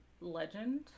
Legend